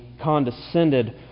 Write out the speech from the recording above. condescended